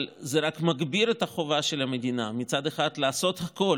אבל זה רק מגביר את החובה של המדינה מצד אחד לעשות הכול